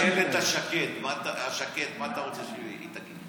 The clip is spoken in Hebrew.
והילד השקט, מה אתה רוצה שהיא תגיד?